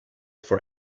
for